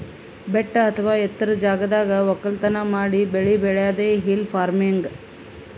ಬೆಟ್ಟ ಅಥವಾ ಎತ್ತರದ್ ಜಾಗದಾಗ್ ವಕ್ಕಲತನ್ ಮಾಡಿ ಬೆಳಿ ಬೆಳ್ಯಾದೆ ಹಿಲ್ ಫಾರ್ಮಿನ್ಗ್